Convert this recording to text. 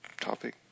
topic